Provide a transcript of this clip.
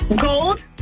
Gold